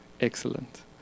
Excellent